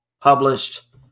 Published